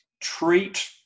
treat